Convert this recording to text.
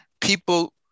people